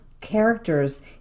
characters